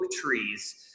trees